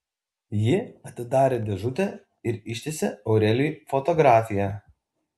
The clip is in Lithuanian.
ji atidarė dėžutę ir ištiesė aurelijui fotografiją